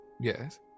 Yes